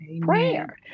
Prayer